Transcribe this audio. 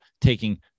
taking